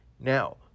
Now